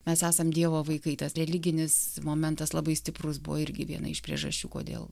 mes esam dievo vaikai tas religinis momentas labai stiprus buvo irgi viena iš priežasčių kodėl